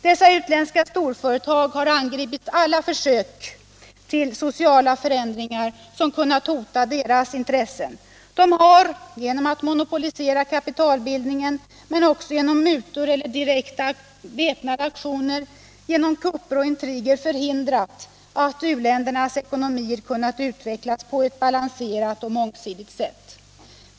Dessa utländska storföretag har angripit alla försök till sociala förändringar som kunnat hota deras intressen. De har genom att monopolisera kapitalbildningen men också genom mutor eller direkta väp nade aktioner, genom kupper och intriger förhindrat att u-ländernas ekonomier kunnat utvecklas på ett balanserat och mångsidigt sätt.